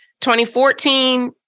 2014